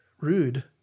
rude